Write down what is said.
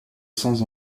sans